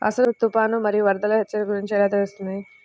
అసలు తుఫాను మరియు వరదల హెచ్చరికల గురించి ఎలా తెలుస్తుంది?